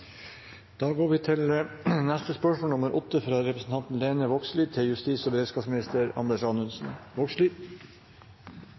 Da går vi til spørsmål 4. Dette spørsmålet, fra representanten Heikki Eidsvoll Holmås til klima- og